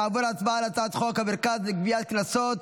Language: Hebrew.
נעבור להצבעה בקריאה הראשונה על הצעת חוק המרכז לגביית קנסות,